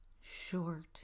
short